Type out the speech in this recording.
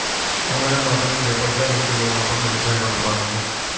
online माध्यम से पईसा लेके लोग आपन व्यवसाय करत बाने